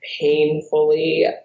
painfully